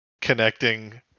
connecting